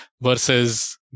versus